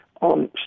on